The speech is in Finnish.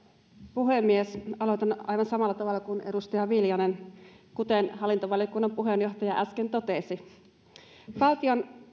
puhemies aloitan aivan samalla tavalla kuin edustaja viljanen kuten hallintovaliokunnan puheenjohtaja äsken totesi valtion